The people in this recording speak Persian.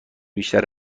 بیشتر